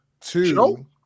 Two